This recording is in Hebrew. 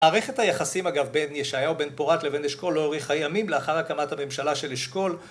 מערכת היחסים אגב בין ישעיהו בן-פורת לבין אשכול לא האריכה ימים לאחר הקמת הממשלה של אשכול